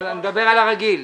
אני מדבר על הרגיל.